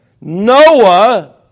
Noah